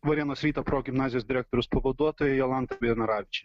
varėnos ryto progimnazijos direktoriaus pavaduotoja jolanta beinoravičė